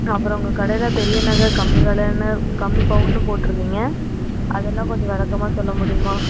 அப்புறம் உங்கள் கடையில் பெரிய நகை கம்மி விலைனு கம்மி பவுனுன்னு போட்டுருந்திங்க அதலாம் கொஞ்சம் விளக்கமா சொல்ல முடியுமா